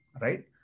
Right